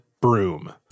Broom